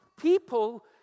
people